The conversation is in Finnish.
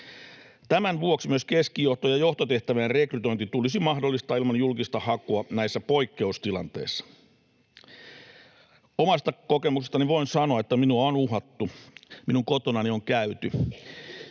Tämän vuoksi myös keskijohto- ja johtotehtävien rekrytointi tulisi mahdollistaa ilman julkista hakua näissä poikkeustilanteissa. Omasta kokemuksestani voin sanoa, että minua on uhattu, minun kotonani on käyty,